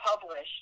published